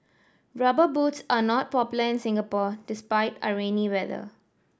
Rubber Boots are not popular in Singapore despite our rainy weather